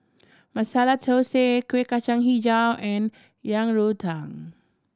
Masala Thosai Kueh Kacang Hijau and Yang Rou Tang